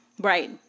Right